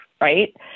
right